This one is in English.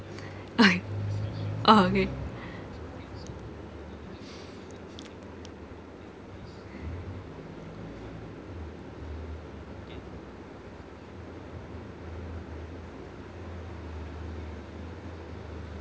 okay oh okay